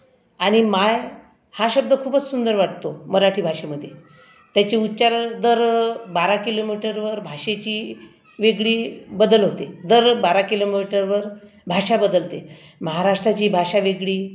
आणि माय हा शब्द खूपच सुंदर वाटतो मराठी भाषेमध्ये त्याचे उचारण दर बारा किलोमीटरवर भाषेची वेगळी बदल होते दर बारा किलोमीटरवर भाषा बदलते महाराष्ट्राची भाषा वेगळी